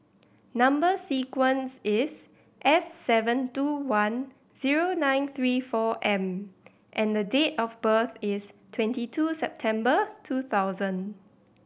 number sequence is S seven two one zero nine three four M and date of birth is twenty two September two thousand